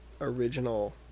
original